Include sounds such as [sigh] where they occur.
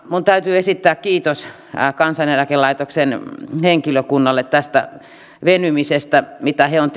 minun täytyy esittää kiitos kansaneläkelaitoksen henkilökunnalle tästä venymisestä mitä he ovat [unintelligible]